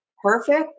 perfect